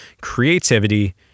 creativity